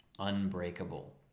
unbreakable